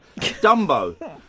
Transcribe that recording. Dumbo